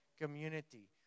community